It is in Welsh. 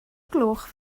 gloch